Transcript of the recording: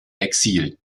exil